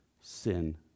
sin